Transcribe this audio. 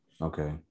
Okay